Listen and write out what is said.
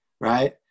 right